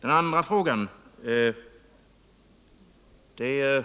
Den andra fråga som jag vill ta upp är följande. Det